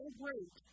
great